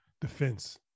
defense